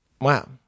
Wow